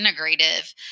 integrative